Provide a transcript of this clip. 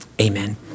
amen